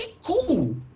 cool